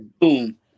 Boom